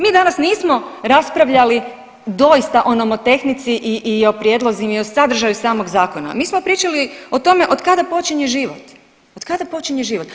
Mi danas nismo raspravljali doista o nomotehnici i o prijedlozima i o sadržaju samog zakona, mi smo pričali o tome otkada počinje život, otkada počinje život.